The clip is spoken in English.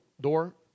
door